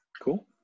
cool